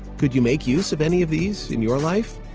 could you make use of any of these in your life?